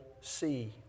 see